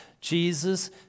Jesus